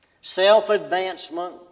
self-advancement